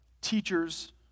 teachers